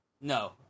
No